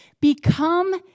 Become